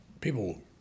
people